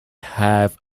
have